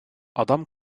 adam